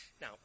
Now